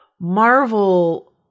Marvel